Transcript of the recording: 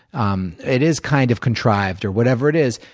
um it is kind of contrived, or whatever it is,